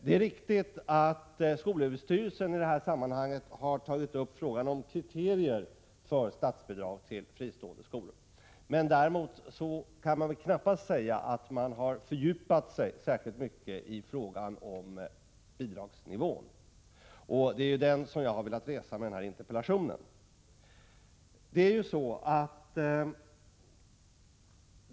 Det är riktigt att skolöverstyrelsen i det här sammanhanget har tagit upp frågan om kriterier för statsbidrag till fristående skolor. Däremot kan det knappast sägas att man fördjupat sig särskilt mycket i frågan om bidragsnivån. Det är den frågan som jag har velat resa med den här interpellationen.